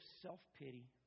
self-pity